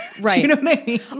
right